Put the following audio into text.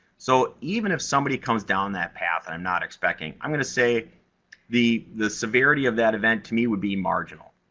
so, even if somebody comes down that path, and i'm not expecting, i'm gonna say the the severity of that event to me would be marginal.